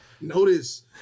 Notice